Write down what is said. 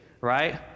right